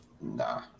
Nah